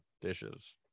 dishes